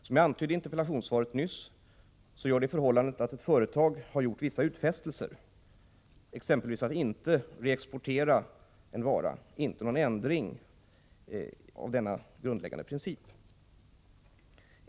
Som jag antydde i interpellationssvaret, innebär det förhållandet att ett företag har gjort vissa utfästelser, exempelvis att inte reexportera en vara, inte någon ändring av denna grundläggande princip.